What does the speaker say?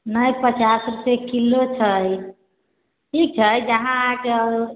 नहि पचास रूपआ किलो छै ठीक छै अहाँके